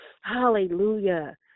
Hallelujah